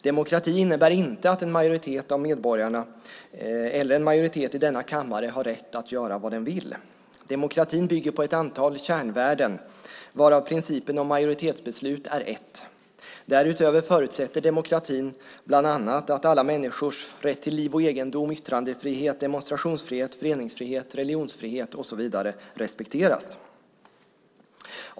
Demokrati innebär inte att en majoritet av medborgarna eller en majoritet i denna kammare har rätt att göra vad den vill. Demokratin bygger på ett antal kärnvärden, varav principen om majoritetsbeslut är ett. Därutöver förutsätter demokratin bland annat att alla människors rätt till liv och egendom, yttrandefrihet, demonstrationsfrihet, föreningsfrihet, religionsfrihet och så vidare respekteras.